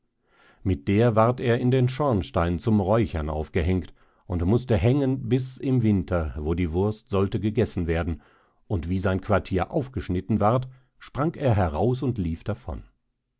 mit der ward er in den schornstein zum räuchern aufgehängt und mußte hängen bis im winter wo die wurst sollte gegessen werden und wie sein quartier aufgeschnitten ward sprang er heraus und lief davon